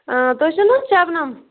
آ تُہۍ چھو نہ حظ شبنم